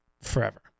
forever